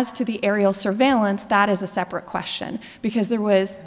as to the aerial surveillance that is a separate question because there was